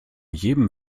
jedem